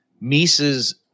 Mises